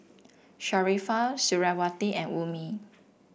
Sharifah Suriawati and Ummi